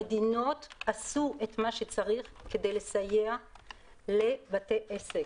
המדינות עשו את מה שצריך כדי לסייע לבתי עסק.